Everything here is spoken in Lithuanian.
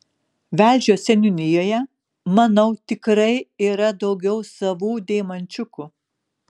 velžio seniūnijoje manau tikrai yra daugiau savų deimančiukų